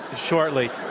shortly